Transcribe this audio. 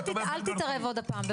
אל תתערב עוד פעם,